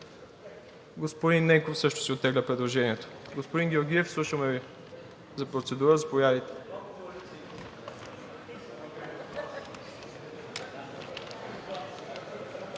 Господин Ненков също си оттегля предложението. Господин Георгиев, слушаме Ви. За процедура – заповядайте.